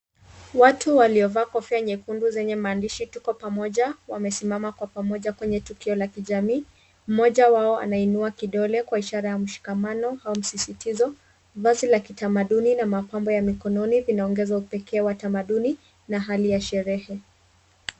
Watu waliovaa kofia nyekundu zenye maandishi Tuko Pamoja, wamesimama kwa pamoja kwenye tukio la kijamii. Mmoja wao anainua kidole kwa ishara ya mshikamano au msisitizo. Vazi la kitamaduni na mapambo ya mikononi vinaongeza upekee wa utamaduni na hali ya sherehe.